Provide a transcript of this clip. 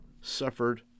suffered